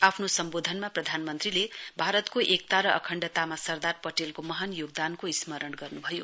आफ्नो सम्वोधनमा प्रधानमन्त्रीले भारतको एकता र अखण्डतामा सरदार पटेलको महान योगदानको स्मरण गर्नुभयो